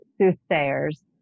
soothsayers